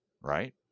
right